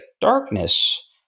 Darkness